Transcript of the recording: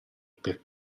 per